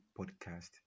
Podcast